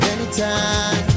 Anytime